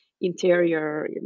interior